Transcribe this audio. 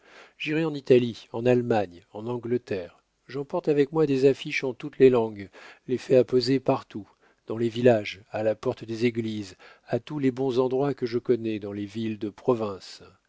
j'irai en italie en allemagne en angleterre j'emporte avec moi des affiches en toutes les langues les fais apposer partout dans les villages à la porte des églises à tous les bons endroits que je connais dans les villes de province